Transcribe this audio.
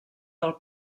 del